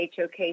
HOK